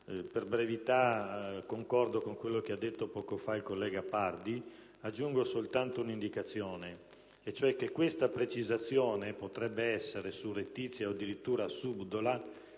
Per brevità, concordo con quanto detto poc'anzi dal senatore Pardi; aggiungo soltanto un'indicazione, e cioè che questa precisazione potrebbe essere surrettizia o addirittura subdola